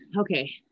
okay